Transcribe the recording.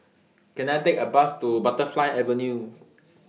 Can I Take A Bus to Butterfly Avenue